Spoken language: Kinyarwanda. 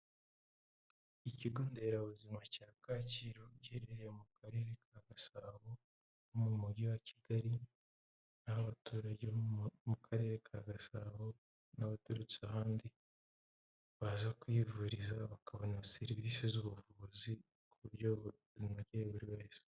Ikigonderabuzima cya Kacyiru giherereye mu karere ka Gasabo ho mu mujyi wa Kigali, abaturage bo mu karere ka Gasabo n'abaturutse ahandi baza kuhivuriza bakabona serivisi z'ubuvuzi ku buryo bunogeye buri wese.